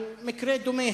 על מקרה דומה,